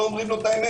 לא אומרים לו את האמת.